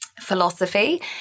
philosophy